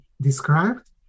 described